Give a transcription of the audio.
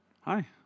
Hi